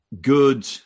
good